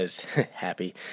happy